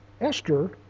Esther